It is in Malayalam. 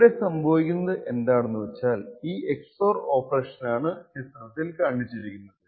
ഇവിടെ സംഭവിക്കുന്നത് എന്താണെന്നുവച്ചാൽ ഈ XOR ഓപ്പറേഷനാണു ചിത്രത്തിൽ കാണിച്ചിരിക്കുന്നത്